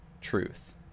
truth